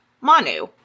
Manu